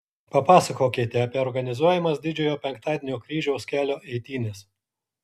papasakokite apie organizuojamas didžiojo penktadienio kryžiaus kelio eitynes